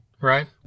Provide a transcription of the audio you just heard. right